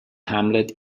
hamlet